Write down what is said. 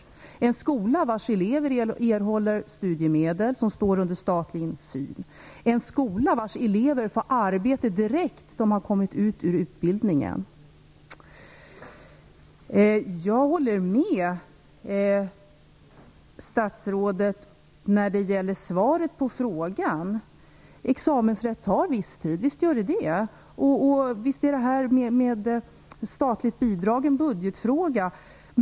Det gäller en skola vars elever erhåller studiemedel och som står under statlig insyn, en skola vars elever får arbete direkt efter avslutad utbildning. Jag håller med statsrådet när det gäller svaret på frågan. Examensrätt tar viss tid. Visst är det så, och visst är det här med statligt bidrag en budgetfråga.